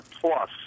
plus